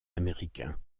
américains